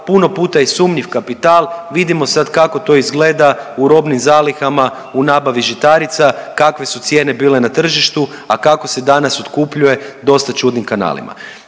puno puta i sumnjiv kapital. Vidimo sad kako to izgleda u robnim zalihama, u nabavi žitarica, kakve su cijene bile na tržištu, a kako se danas otkupljuje dosta čudnim kanalima.